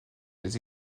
les